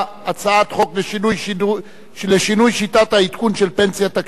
הצעת חוק לשינוי שיטת העדכון של פנסיה תקציבית.